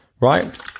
right